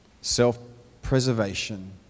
self-preservation